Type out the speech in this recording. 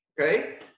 okay